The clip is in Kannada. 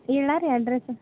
ಹೇಳ್ಲಾ ರೀ ಅಡ್ರೆಸ್ಸು